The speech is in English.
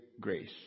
grace